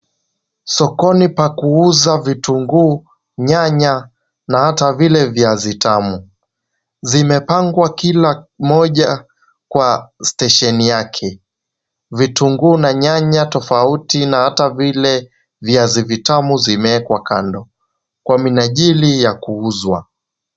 Sokoni pa kuuza vitunguu nyanya na hata vile viazi tamu vimepangwa kila moja kwa stesheni yake, vitunguu na nyanya tofauti na hata vile viazi tamu vimeekwa kando kwa minajili ya kuuzwa.